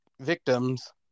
victims